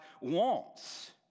wants